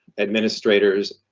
administrators,